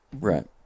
Right